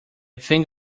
thing